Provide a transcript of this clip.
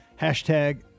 Hashtag